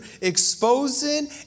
exposing